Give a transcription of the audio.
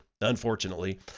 Unfortunately